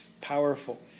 powerful